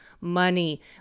Money